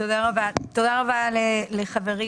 תודה רבה לחברי,